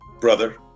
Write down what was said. brother